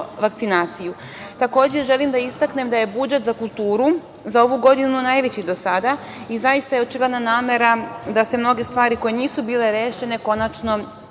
želim da istaknem da je budžet za kulturu za ovu godinu najveći do sada i zaista je očigledna namera da se mnoge stvari, koje nisu bile rešene, konačno